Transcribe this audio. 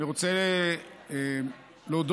אני רוצה להודות